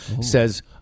says